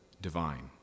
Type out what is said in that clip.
Divine